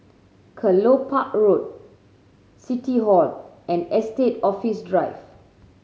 Kelopak Road City Hall and Estate Office Drive